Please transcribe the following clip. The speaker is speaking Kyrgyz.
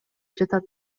жатат